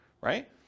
right